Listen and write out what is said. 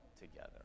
together